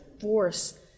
force